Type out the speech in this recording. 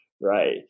right